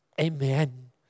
Amen